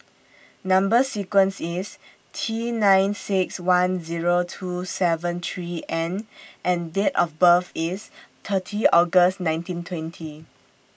Number sequence IS T nine six one Zero two seven three N and Date of birth IS thirty August nineteen twenty